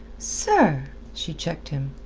sir! she checked him.